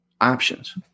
options